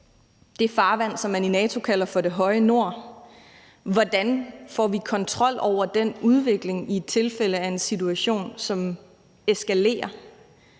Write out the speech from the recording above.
det farvand, som man i NATO kalder for det høje nord. Hvordan får vi kontrol over den udvikling i tilfælde af en situation, som eskalerer?